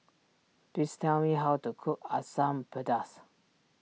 please tell me how to cook Asam Pedas